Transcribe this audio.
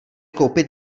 koupit